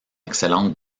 excellente